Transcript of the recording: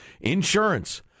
insurance